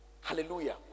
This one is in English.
Hallelujah